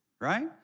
right